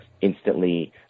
instantly